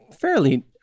fairly